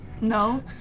No